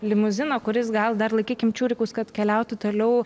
limuzino kuris gal dar laikykim čiūrikus kad keliautų toliau